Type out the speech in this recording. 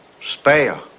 spare